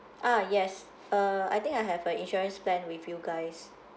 ah yes uh I think I have a insurance plan with you guys